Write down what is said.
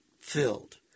filled